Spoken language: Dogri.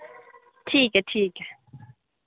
ठीक ऐ ठीक ऐ